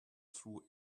through